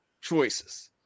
choices